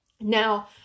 Now